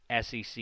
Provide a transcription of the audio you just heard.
SEC